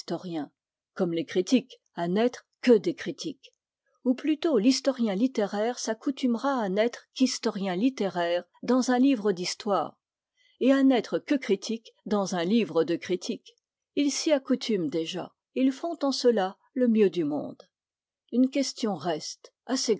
comme les critiques à n'être que des critiques ou plutôt l'historien littéraire s'accoutumera à n'être qu'historien littéraire dans un livre d'histoire et à n'être que critique dans un livre de critique ils s'y accoutument déjà et ils font en cela le mieux du monde une question reste